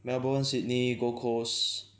Melbourne Sydney Gold Coast